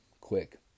quick